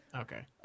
Okay